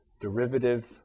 derivative